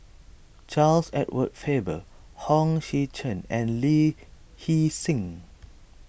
Charles Edward Faber Hong Sek Chern and Lee Hee Seng